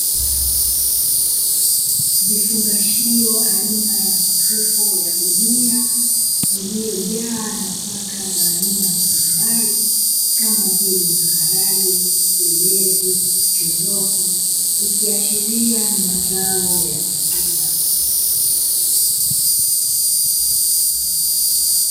Vifungashio aina ya mifuko ya gunia iliyojaa nafaka za aina mbalimbali kama vile maharage, ulezi, choroko ikiashiria ni mazao ya chakula.